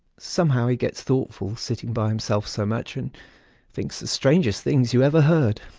somehow he gets thoughtful, sitting by himself so much, and thinks the strangest things you ever heard.